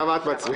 בעד?